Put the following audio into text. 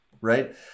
right